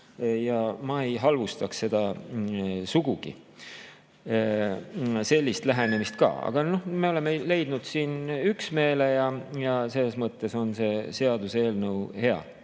Ma ei halvustaks seda sugugi, ka sellist lähenemist. Aga me oleme leidnud siin üksmeele ja selles mõttes on see seaduse eelnõu hea.